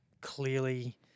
clearly